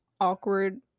awkward